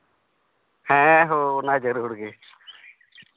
ᱦᱮᱸ ᱦᱳ ᱚᱱᱟ ᱡᱟᱹᱨᱩᱲ ᱜᱮ